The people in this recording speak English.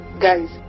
guys